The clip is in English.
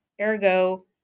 Ergo